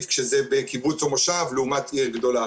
כשזה בקיבוץ או מושב לעומת עיר גדולה.